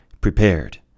prepared